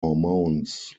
hormones